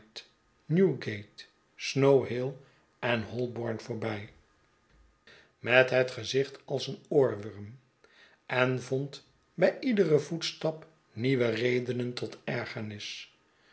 holb o r n voorbij met een gezicht als een oorwurm en vond bij iederen voetstap nieuwe redenen tot ergernis